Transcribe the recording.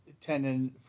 tendon